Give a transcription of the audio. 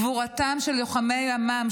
גבורתם של לוחמי ימ"מ,